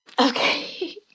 Okay